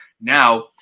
now